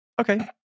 okay